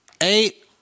Eight